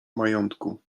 majątku